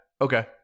Okay